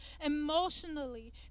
emotionally